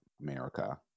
America